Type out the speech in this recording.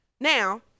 Now